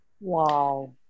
Wow